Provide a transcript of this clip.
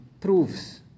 proves